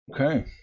okay